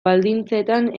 baldintzetan